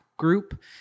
Group